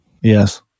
Yes